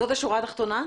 זאת השורה התחתונה?